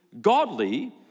godly